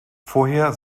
vorher